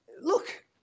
Look